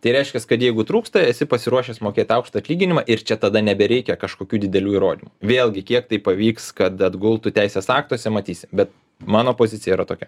tai reiškias kad jeigu trūksta esi pasiruošęs mokėt aukštą atlyginimą ir čia tada nebereikia kažkokių didelių įrodymų vėlgi kiek tai pavyks kad atgultų teisės aktuose matysim bet mano pozicija yra tokia